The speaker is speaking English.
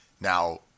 Now